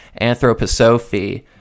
Anthroposophy